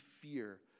fear